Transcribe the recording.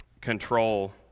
control